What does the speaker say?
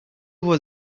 was